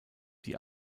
die